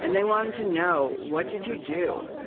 and they wanted to know what did you do?